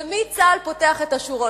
למי צה"ל פותח את השורות?